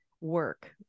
work